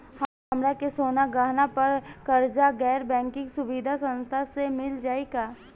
हमरा के सोना गहना पर कर्जा गैर बैंकिंग सुविधा संस्था से मिल जाई का?